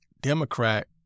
Democrat